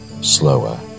slower